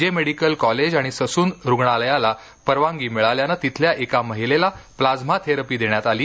जे medical college आणि Sassoon रुग्णालयाला परवानगी मिळाल्याने तिथल्या एका महिलेला प्लाझ्मा थेरपी देण्यात आली